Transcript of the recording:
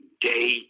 day